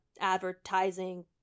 advertising